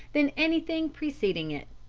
than anything preceding it.